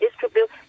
distribute